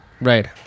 Right